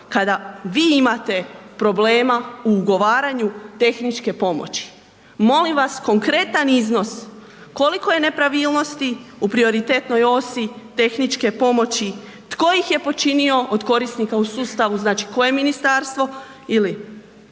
kada vi imate problema u ugovaranju tehničke pomoći. Molim vas konkretan iznos koliko je nepravilnosti u prioritetnoj osi tehničke pomoći, tko ih je počinio od korisnika u sustavu, znači koje ministarstvo ili